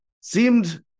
seemed